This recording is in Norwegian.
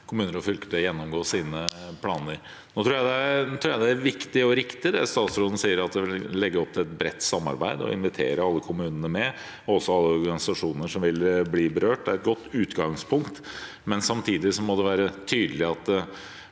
kommuner og fylker til å gjennomgå sine planer. Jeg tror det er viktig og riktig, det statsråden sier om at de vil legge opp til et bredt samarbeid, invitere alle kommunene med og også alle organisasjoner som vil bli berørt. Det er et godt utgangspunkt, men samtidig må det være tydelig at